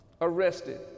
arrested